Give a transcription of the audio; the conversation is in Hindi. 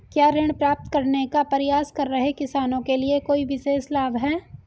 क्या ऋण प्राप्त करने का प्रयास कर रहे किसानों के लिए कोई विशेष लाभ हैं?